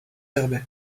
herbey